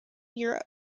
europe